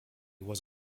was